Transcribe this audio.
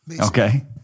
Okay